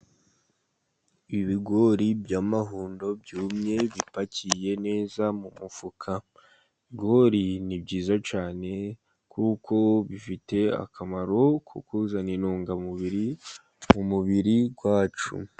Ibigori by'amahundo byumye bipakiye neza mu mufuka, ibigori ni byiza cyane kuko bifite akamaro ko bizana intungamubiri mu mubiri wacu.